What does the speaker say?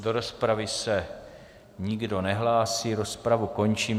Do rozpravy se nikdo nehlásí, rozpravu končím.